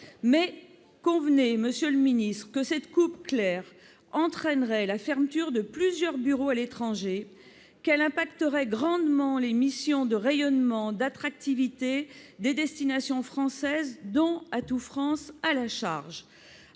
convenez, monsieur le ministre, que cette coupe claire entraînerait la fermeture de plusieurs bureaux à l'étranger et impacterait grandement les missions de rayonnement et d'attractivité des destinations françaises, dont Atout France a la charge.